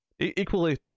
Equally